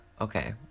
Okay